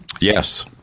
Yes